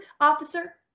officer